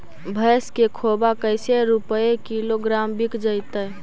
भैस के खोबा कैसे रूपये किलोग्राम बिक जइतै?